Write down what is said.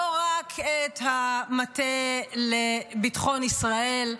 לא רק את המטה לביטחון ישראל,